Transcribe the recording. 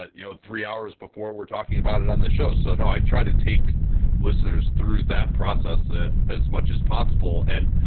ah you know, three hours before we're talking about it on the show. so do i try to take listeners through that process ah as much as possible? and,